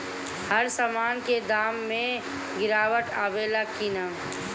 हर सामन के दाम मे गीरावट आवेला कि न?